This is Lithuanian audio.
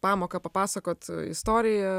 pamoką papasakot istoriją